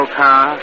car